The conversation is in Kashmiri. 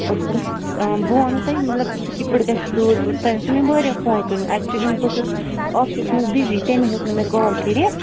بہٕ وَنو تۄہہِ مطلب سُہ کِتھ پٲٹھۍ گژھِ دوٗر ووٗر تۄہہِ اوسوٗ مےٚ واریاہ فون کٔرۍمٕتۍ اٮ۪کچُلی بہٕ ٲسٕس آفسَس منٛز بِزی تَمی ہیوٚکھ نہٕ مےٚ کال کٔرِتھ